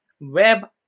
web